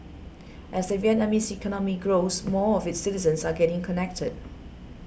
as the Vietnamese economy grows more of its citizens are getting connected